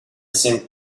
seemed